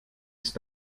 ist